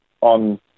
on